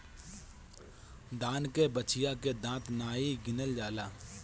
दान के बछिया के दांत नाइ गिनल जाला